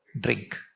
drink